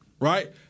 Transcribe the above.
right